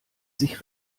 sich